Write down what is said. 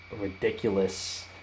ridiculous